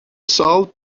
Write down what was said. salt